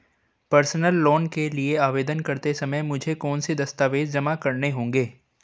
Personal loan के लिए आवेदन करते समय मुझे कौन से दस्तावेज़ जमा करने होंगे?